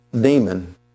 demon